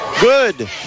good